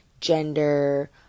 gender